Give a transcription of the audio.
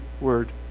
word